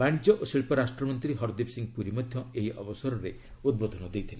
ବାଣିଜ୍ୟ ଓ ଶିଳ୍ପରାଷ୍ଟ୍ରମନ୍ତ୍ରୀ ହରଦୀପ ସିଂ ପୁରୀ ମଧ୍ୟ ଏହି ଅବସରରେ ଉଦ୍ବୋଧନ ଦେଇଥିଲେ